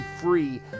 free